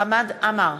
חמד עמאר,